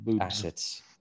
Assets